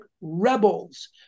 rebels